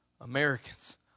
Americans